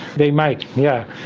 they might, yeah